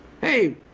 hey